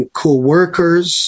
co-workers